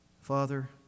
Father